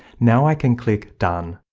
now i can click done.